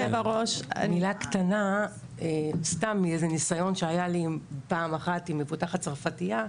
מילה קטנה סתם מאיזה ניסיון שהיה לי פעם אחת עם מבוטחת צרפתייה,